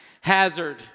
Hazard